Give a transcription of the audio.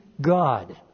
God